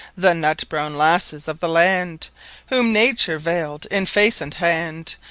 the nut-browne-lasses of the land whom nature vayl'd in face and hand,